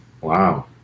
Wow